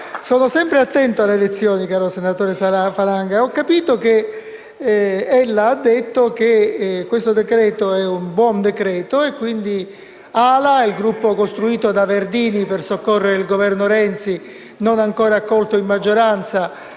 sono sempre attento alle lezioni, caro senatore Falanga, e ho capito che ella ha detto che questo decreto-legge è un buon decreto-legge e quindi AL-A, il Gruppo costruito da Verdini per soccorrere il Governo Renzi, non ancora accolto in maggioranza,